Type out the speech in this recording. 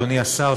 אדוני השר,